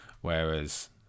whereas